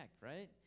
right